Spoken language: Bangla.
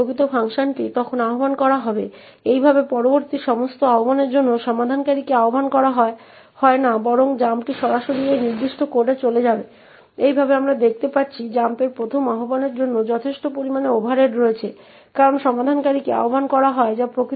সুতরাং n ইঙ্গিত করে যে একটি যুক্তি দ্বারা নির্দিষ্ট স্থানে যে অক্ষর সংখ্যা printf প্রিন্ট হয়েছে তা পূরণ করা হবে